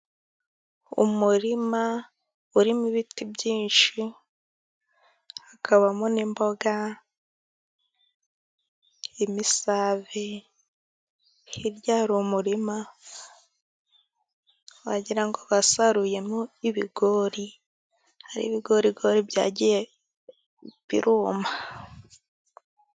Umurima urimo ibiti byinshi hakabamo n'imboga, imisave, hirya hari umurima wagira ngo basaruyemo ibigori, hari ibigorigori byagiye byuma.